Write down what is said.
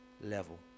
level